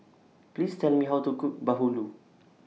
Please Tell Me How to Cook Bahulu